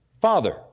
Father